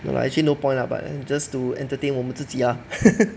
ya lah actually no point lah but just to entertain 我们自己 lah